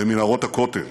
במנהרות הכותל